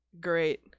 great